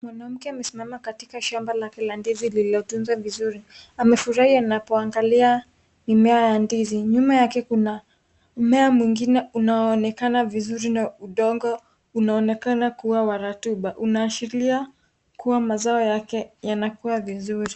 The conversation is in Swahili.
Mwanamke amesimama katika shamba lake la ndizi lililotunzwa vizuri, amefurhi anapoangalia mimea ya ndizi, nyuma yake kuna mmea mwingine unaoonekana vizuri. Udongo unaonekana kuwa wa rutuba, unaashiria kuwa mazao yake yanakuwa vizuri.